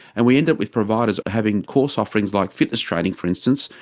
and we end up with providers having course offerings like fitness training for instance,